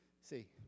See